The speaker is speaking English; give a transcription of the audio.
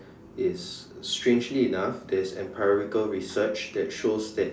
is strangely enough there's empirical research that shows that